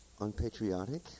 unpatriotic